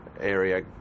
area